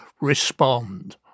respond